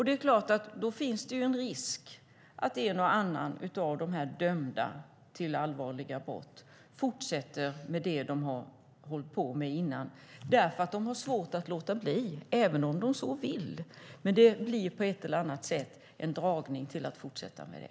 Det är klart att det finns en risk att en och annan av de dömda för dessa allvarliga brott försätter att hålla på med det de gjort innan. De har svårt att låta bli, även om de så vill. Det blir på ett eller annat sätt en dragning till att fortsätta med det.